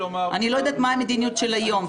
אני לא יודעת מה המדיניות של היום,